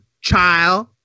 child